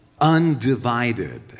undivided